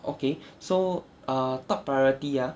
okay so err top priority ah